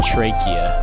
Trachea